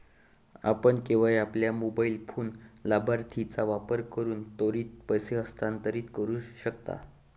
आपण केवळ आपल्या मोबाइल फोन लाभार्थीचा वापर करून त्वरित पैसे हस्तांतरित करू शकता